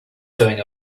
going